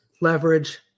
leverage